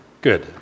Good